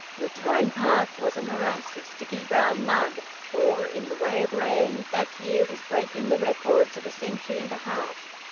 the towing-path was a morass of sticky brown mud, for, in the way of rain, that year was breaking the records of a century and a half.